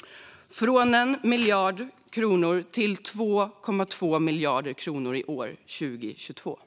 - från 1 miljard kronor till 2,2 miljarder kronor i år, 2022.